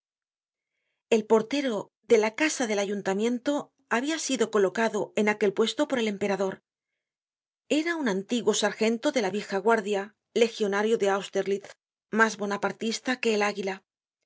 censuramosel portero de la casa de ayuntamiento habia sido colocado en aquel puesto por el emperador era un antiguo sargento de la vieja guardia legionario de austerlitz mas bonapartista que el águila